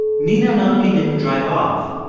nina not only didn't drive off,